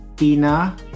Tina